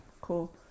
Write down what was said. cool